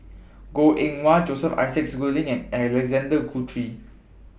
Goh Eng Wah Joseph Isaac Schooling and Alexander Guthrie